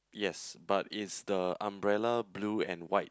yes but is the umbrella blue and white